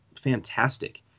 fantastic